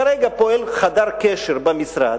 כרגע פועל חדר-קשר במשרד,